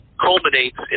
culminates